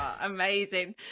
Amazing